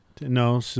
No